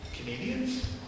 Canadians